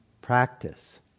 practice